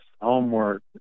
homework